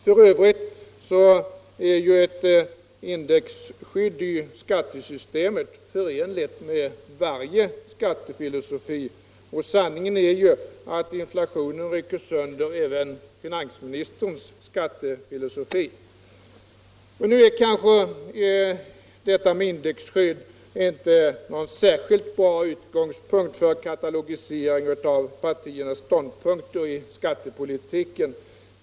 För övrigt är ju ett indexskydd i skattesystemet förenligt med varje skattefilosofi, och sanningen är ju att inflationen rycker sönder även finansministerns skattefilosofi. Nu är kanske detta med indexskydd inte någon särskilt bra utgångspunkt för katalogisering av partiernas ståndpunkter i skattepolitiken.